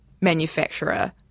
manufacturer